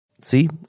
See